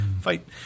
Fight